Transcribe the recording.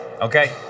Okay